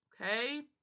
Okay